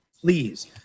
please